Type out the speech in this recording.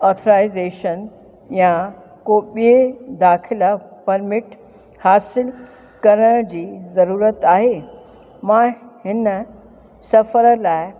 authorisation या को ॿिए दाख़िला परमिट हासिल करण जी ज़रूरत आहे मां हिन सफ़र लाइ